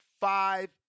five